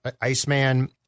Iceman